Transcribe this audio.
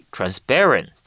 Transparent